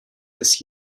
this